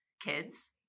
kids